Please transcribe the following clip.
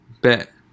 Bet